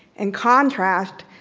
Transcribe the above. in contrast,